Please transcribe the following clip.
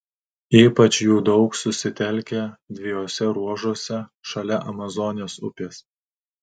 ypač jų daug susitelkę dviejuose ruožuose šalia amazonės upės